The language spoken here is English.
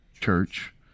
church